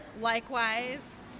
likewise